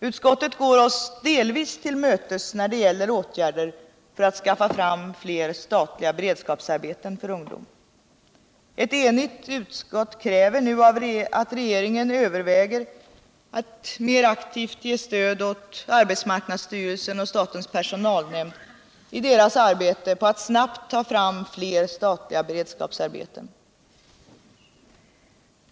Utskottet går oss delvis till mötes när det gäller åtgärder för att skaffa fram fler statliga beredskapsarbeten för ungdom. Ett enigt utskott kräver nu att regeringen överväger att mer aktivt ge stöd åt arbetsmarknadsstyrelsen och stätens personalnämnd i deras arbete på att snabbt ta fram fler statliga beredskapsarbeten.